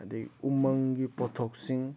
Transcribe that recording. ꯑꯗꯨꯗꯒꯤ ꯎꯃꯪꯒꯤ ꯄꯣꯠꯊꯣꯛꯁꯤꯡ